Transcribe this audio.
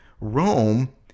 Rome